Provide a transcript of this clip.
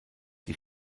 die